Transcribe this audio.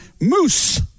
moose